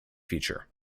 feature